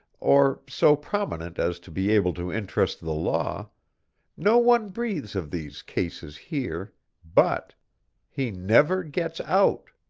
or so prominent as to be able to interest the law no one breathes of these cases here but he never gets out!